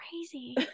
crazy